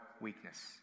weakness